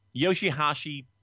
Yoshihashi